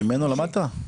ממנו למדת?